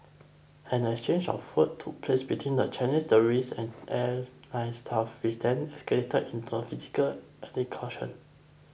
an exchange of took place between the Chinese tourists and airline staff which then escalated into a physical altercation